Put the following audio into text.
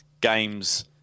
games